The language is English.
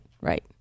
right